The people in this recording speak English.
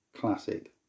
classic